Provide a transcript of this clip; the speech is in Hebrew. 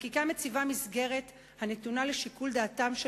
החקיקה מציבה מסגרת הנתונה לשיקול דעתם של